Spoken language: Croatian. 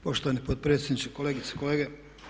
Poštovani potpredsjedniče, kolegice i kolege.